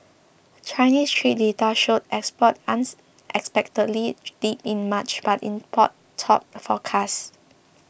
Chinese trade data showed exports unexpectedly dipped in March but imports topped forecasts